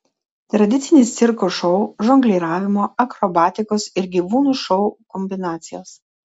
tradicinis cirko šou žongliravimo akrobatikos ir gyvūnų šou kombinacijos